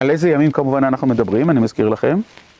על איזה ימים כמובן אנחנו מדברים, אני מזכיר לכם.